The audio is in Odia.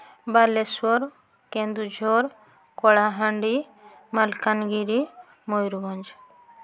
ବାଲେଶ୍ଵର କେନ୍ଦୁଝର କଳାହାଣ୍ଡି ମାଲକାନଗିରି ମୟୁରଭଞ୍ଜ